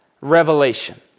revelation